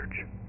church